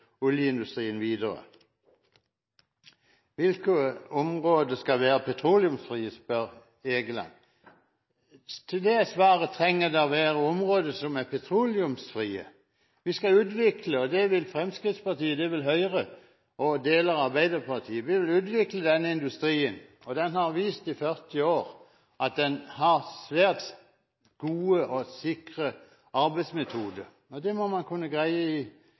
oljeindustrien videre. Egeland spør om hvilke områder som skal være petroleumsfrie. Til det er svaret: Trenger det å være områder som er petroleumsfrie? Vi skal utvikle den industrien, og det vil Fremskrittspartiet, det vil Høyre, og det vil deler av Arbeiderpartiet. Den industrien har i 40 år vist at den har svært gode og sikre arbeidsmetoder, og det må man kunne greie i